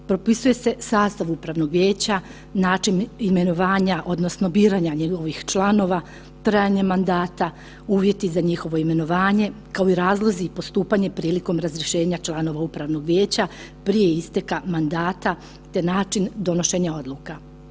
Propisuje se sastav Upravnog vijeća, način imenovanja odnosno biranja njegovih članova, trajanje mandata, uvjeti za njihovo imenovanje, kao i razlozi i postupanje prilikom razrješenja članova Upravnog vijeća prije isteka mandata, te način donošenja odluka.